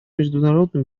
международным